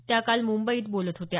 त्या काल मुंबईत बोलत होत्या